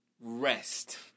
rest